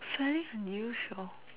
surely a new show